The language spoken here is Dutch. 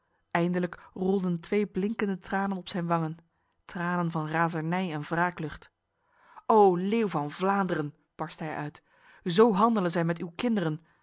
eindelijk rolden twee blinkende tranen op zijn wangen tranen van razernij en wraaklust o leeuw van vlaanderen barstte hij uit zo handelen zij met uw kinderen